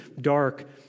dark